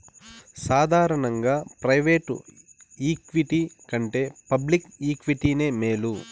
సాదారనంగా private equity కంటే public ఈక్విటీనే మేలు